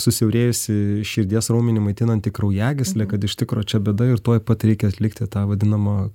susiaurėjusi širdies raumenį maitinanti kraujagyslė kad iš tikro čia bėda ir tuoj pat reikia atlikti tą vadinamą